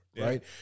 right